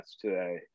today